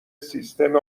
سیستم